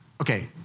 Okay